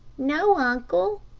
no, uncle,